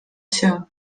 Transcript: się